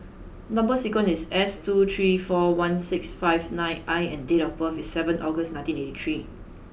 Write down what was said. number sequence is S two three four one six five nine I and date of birth is seven August nineteen eighty three